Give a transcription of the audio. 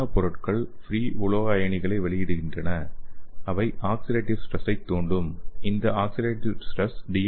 நானோ பொருட்கள் ஃப்ரீ உலோக அயனிகளை வெளியிடுகின்றன அவை ஆக்ஸிடேடிவ் ஸ்ட்ரெஸ்ஸைத் தூண்டும் இந்த ஆக்ஸிடேடிவ் ஸ்ட்ரெஸ் டி